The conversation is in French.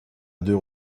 deux